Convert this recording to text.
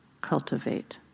cultivate